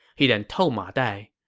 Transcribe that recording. he then told ma dai,